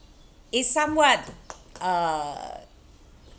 it somewhat uh